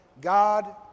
God